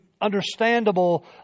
understandable